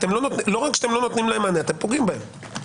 לא רק שאתם לא נותנים להם מענה, אתם פוגעים בהם.